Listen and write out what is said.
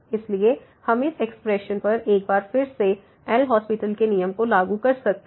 इसलिए हम इस एक्सप्रेशन पर एक बार फिर से एल हास्पिटल LHospital के नियम को लागू कर सकते हैं